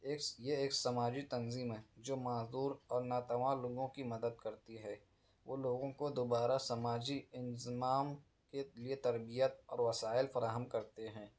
ایک یہ ایک سماجی تنظیم ہے جو معذور اور ناتواں لوگوں کی مدد کرتی ہے وہ لوگوں کو دوبارہ سماجی انضمام کے لیے تربیت اور وسائل فراہم کرتے ہیں